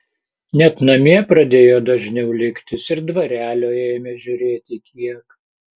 net namie pradėjo dažniau liktis ir dvarelio ėmė žiūrėti kiek